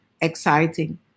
exciting